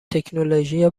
تکنولوژی